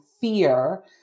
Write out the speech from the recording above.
fear